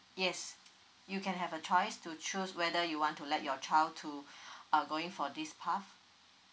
yes you can have a choice to choose whether you want to let your child to uh going for this path